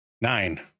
Nine